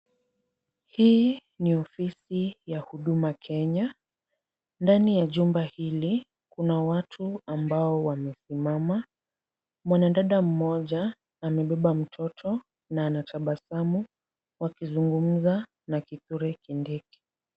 Hii ni ofisi ya huduma Kenya, ndani ya jumba hili, kuna watu ambao wamesimama, mwanadada mmoja amebeba mtoto na anatabasamu wakizungumza na Kithure Kindiki.